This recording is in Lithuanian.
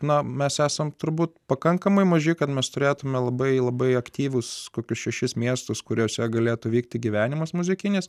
na mes esam turbūt pakankamai maži kad mes turėtumėme labai labai aktyvus kokius šešis miestus kuriuose galėtų vykti gyvenimas muzikinis